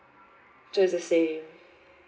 just the same